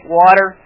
water